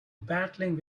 battling